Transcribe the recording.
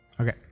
Okay